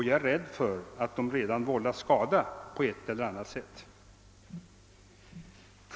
Jag är rädd att de redan har vållat skada på ett eller annat sätt.